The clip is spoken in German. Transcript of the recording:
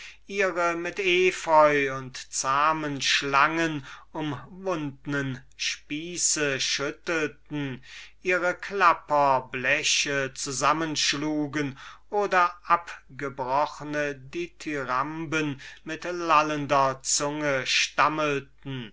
ihre mit zahmen schlangen umwundnen thyrsos schüttelten ihre klapperbleche zusammen schlugen oder abgebrochne dithyramben mit lallender zunge stammelten